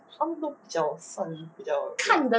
她都比较算比较要